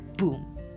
Boom